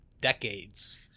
decades